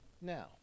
Now